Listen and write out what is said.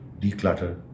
declutter